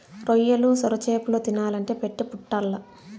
రొయ్యలు, సొరచేపలు తినాలంటే పెట్టి పుట్టాల్ల